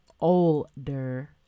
older